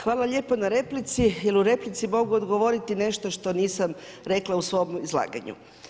Hvala lijepo na replici jel u replici mogu odgovoriti nešto što nisam rekla u svom izlaganju.